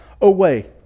away